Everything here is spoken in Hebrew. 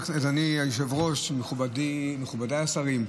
היושב-ראש, מכובדיי השרים,